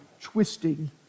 twisting